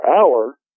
hour